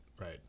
Right